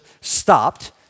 stopped